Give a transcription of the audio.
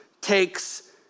takes